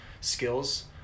skills